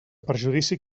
perjudici